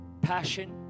passion